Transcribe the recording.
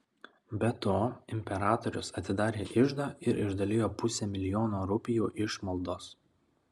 be to imperatorius atidarė iždą ir išdalijo pusę milijono rupijų išmaldos